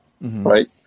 right